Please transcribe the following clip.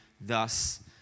thus